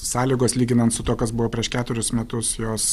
sąlygos lyginant su tuo kas buvo prieš keturis metus jos